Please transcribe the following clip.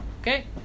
Okay